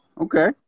Okay